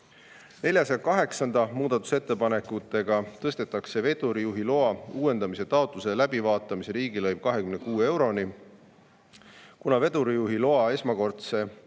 408. muudatusettepanekuga tõstetakse vedurijuhiloa uuendamise taotluse läbivaatamise riigilõiv 26 euroni. Kuna vedurijuhiloa esmakordne